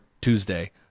Tuesday